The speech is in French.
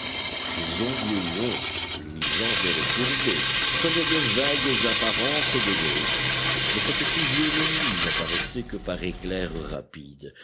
ses ongles longs luisants et recourbés prenaient de vagues apparences de griffes mais cette physionomie n'apparaissait que par éclairs rapides